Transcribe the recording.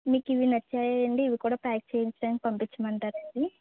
మీకు ఇవి నచ్చాయా అండి ఇవి కూడా ప్యాక్ చెయ్యించడానికి పంపిచ్చమంటారాండి